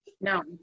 No